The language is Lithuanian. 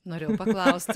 norėjau paklaust